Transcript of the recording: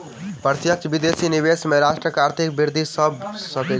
प्रत्यक्ष विदेशी निवेश सॅ राष्ट्रक आर्थिक वृद्धि भ सकै छै